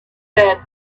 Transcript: said